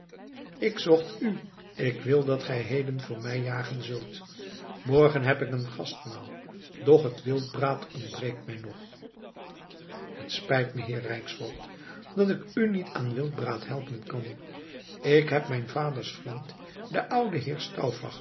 ik zocht u ik wil dat gij heden voor mij jagen zult morgen heb ik een gastmaal doch het wildbraad ontbreekt mij nog het spijt me heer rijksvoogd dat ik u niet aan wildbraad helpen kan ik heb mijn vaders vriend den ouden